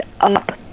up